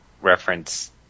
reference